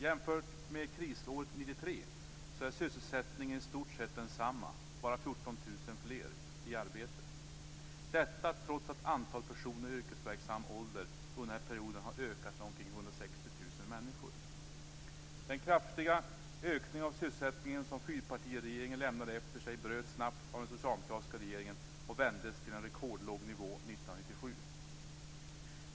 Jämfört med krisåret 1993 är sysselsättningen i stort sett densamma, bara 14 000 fler i arbete - detta trots att antalet personer i yrkesverksam ålder under den här perioden har ökat med omkring Den kraftiga ökningen av sysselsättningen, som fyrpartiregeringen lämnade efter sig, bröts snabbt av den socialdemokratiska regeringen och vändes till en rekordlåg nivå 19997.